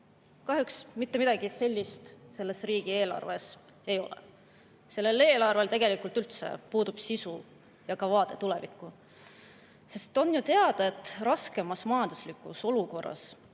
Kahjuks mitte midagi sellist selles riigieelarves ei ole. Sellel eelarvel puudub tegelikult üldse sisu ja ka vaade tulevikku. On ju teada, et raskemas majanduslikus olukorras